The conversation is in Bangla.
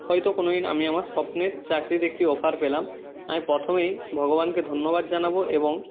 হয়তো কোনো দিন আমি আমার স্বপ্নের চাকরির একটি অফার পেলাম আমি প্রথমেই ভগবানকে ধন্যবাদ জানাব এবং